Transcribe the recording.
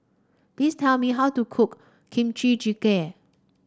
please tell me how to cook Kimchi Jjigae